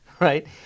right